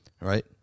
Right